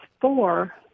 four